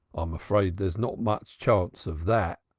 i'm afraid there's not much chance of that,